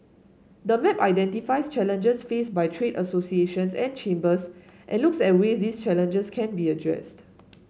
the map identifies challenges faced by trade associations and chambers and looks at ways these challenges can be addressed